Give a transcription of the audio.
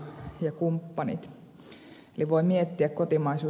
niin voi miettiä kotimaisuusastetta